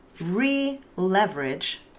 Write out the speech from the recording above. re-leverage